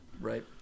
Right